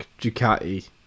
Ducati